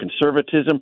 conservatism